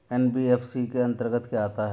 NBFC के अंतर्गत क्या आता है?